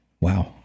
Wow